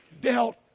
dealt